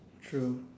true